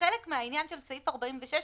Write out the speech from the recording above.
חלק מהעניין של סעיף 46,